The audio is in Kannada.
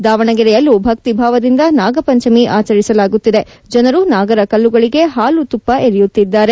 ದಾವಣಗೆರೆಯಲ್ಲೂ ಭಕ್ತಿ ಭಾವದಿಂದ ನಾಗಪಂಚಮಿ ಆಚರಿಸಲಾಗುತ್ತಿದೆ ಜನರು ನಾಗರ ಕಲ್ಲುಗಳಿಗೆ ಹಾಲು ತುಪ್ಪ ಎರೆಯುತ್ತಿದ್ದಾರೆ